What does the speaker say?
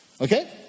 Okay